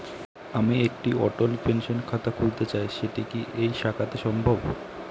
আমি একটি অটল পেনশন খাতা খুলতে চাই সেটা কি এই শাখাতে সম্ভব?